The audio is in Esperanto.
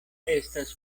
estas